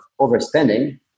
overspending